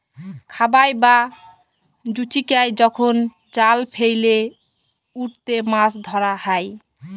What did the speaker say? খাবাই বা জুচিকাই যখল জাল ফেইলে উটতে মাছ ধরা হ্যয়